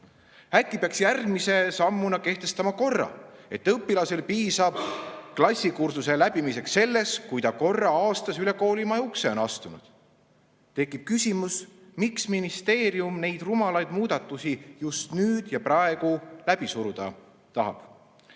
Äkki peaks järgmise sammuna kehtestama korra, et õpilasel piisab klassikursuse läbimiseks sellest, kui ta korra aastas üle koolimaja ukse on astunud? Tekib küsimus, miks ministeerium neid rumalaid muudatusi just nüüd ja praegu läbi suruda tahab.